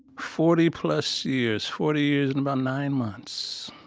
forty plus years. forty years and about nine months